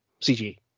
CG